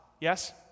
yes